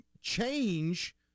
change